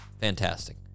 Fantastic